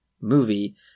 movie